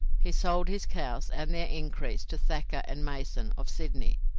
he sold his cows and their increase to thacker and mason, of sydney,